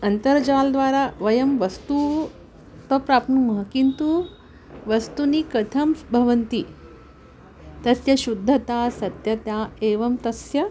अन्तर्जालद्वारा वयं वस्तूनि तु प्राप्नुमः किन्तु वस्तूनि कथं भवन्ति तस्य शुद्धता सत्यता एवं तस्य